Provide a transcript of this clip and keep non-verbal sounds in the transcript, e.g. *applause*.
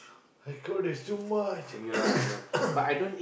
my-God is too much *coughs*